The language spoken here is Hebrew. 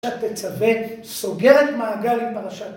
פרשת תצווה סוגרת מעגל ‫עם פרשת